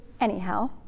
anyhow